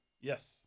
Yes